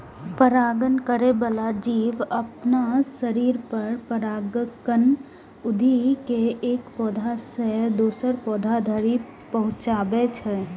परागण करै बला जीव अपना शरीर पर परागकण उघि के एक पौधा सं दोसर पौधा धरि पहुंचाबै छै